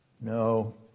No